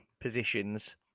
positions